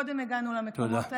שקודם הגענו למקומות האלה.